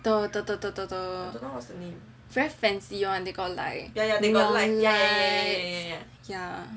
the the the the the very fancy one they got like neon lights